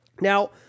Now